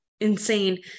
insane